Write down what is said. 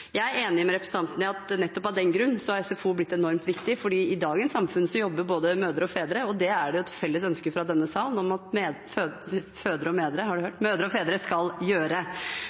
Jeg er enig med representanten i at nettopp av den grunn har SFO blitt enormt viktig, for i dagens samfunn jobber både mødre og fedre, og det er det et felles ønske fra denne sal om at mødre og fedre skal gjøre. Derfor mener jeg, som representanten også peker på, at vi har et behov for å gjøre